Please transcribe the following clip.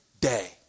day